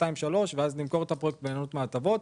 שנתיים ושלוש ואז למכור את הפרויקט וליהנות מההטבות,